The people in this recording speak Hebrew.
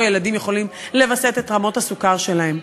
ילדים יכולים לווסת את רמות הסוכר שלהם.